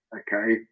okay